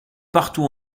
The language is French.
partout